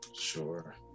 sure